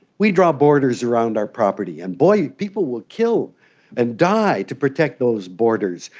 we draw borders around our property and, boy, people will kill and die to protect those borders.